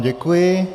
Děkuji.